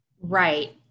Right